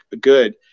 good